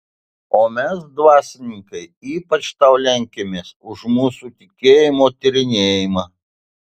o mes dvasininkai ypač tau lenkiamės už mūsų tikėjimo tyrinėjimą